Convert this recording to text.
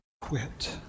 quit